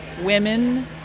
women